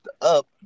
up